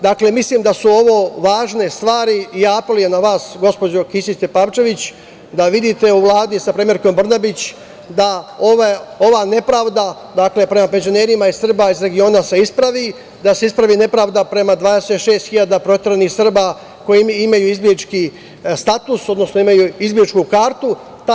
Dakle, mislim da su ovo važne stvari i ja apelujem na vas, gospođo Kisić Tepavčević, da vidite u Vladi sa premijerkom Brnabić da ova nepravda prema penzionerima i Srbima iz regiona se ispravi, da se ispravi nepravda prema 26 hiljada proteranih Srba koji imaju izbeglički status, odnosno imaju izbegličku kartu.